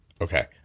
okay